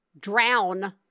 drown